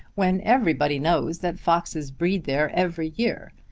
when everybody knows that foxes breed there every year?